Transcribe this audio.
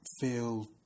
feel